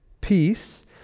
Peace